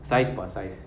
size pot size